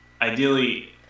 Ideally